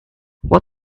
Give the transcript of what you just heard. what